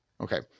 Okay